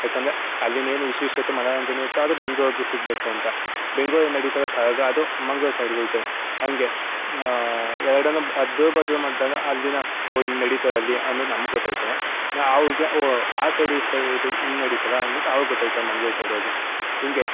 ಏಕೆಂದ್ರೆ ಅಲ್ಲಿನ್ನೇನು ವಿಶೇಷತೆ ಮನೋರಂಜನೆ ಇತ್ತೋ ಅದು ಬೆಂಗ್ಳೂರಿಗೂ ಸಿಗಬೇಕು ಅಂತ ಬೆಂಗ್ಳೂರಿನ ನಡೀತ ಇರೋ ಕರಗ ಅದು ಮಂಗ್ಳೂರು ಸೈಡಿಗೆ ಹೋಗ್ತದೆ ಹಾಗೆ ಎರಡೂನು ಬ್ ಅದಲು ಬದಲು ಮಾಡಿದಾಗ ಅಲ್ಲಿನ ಹೊ ಹಿಂಗೆ ನಡೀತದೆ ಅಲ್ಲಿ ಅನ್ನೋದು ನಮ್ಗೆ ಗೊತ್ತಾಯ್ತದೆ ನಾ ಹಾವುಗೆ ಅವು ಆ ಸೈಡ್ ಈ ಸೈಡ್ ಇದು ಹಿಂಗೆ ನಡೀತದೆ ಅಂದ್ಬಿಟ್ಟು ಆವಾಗ ಗೊತ್ತಾಯ್ತದೆ ಮಂಗ್ಳೂರು ಸೈಡ್ ಅವ್ರಿಗೆ ಹೀಗೆ